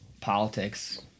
politics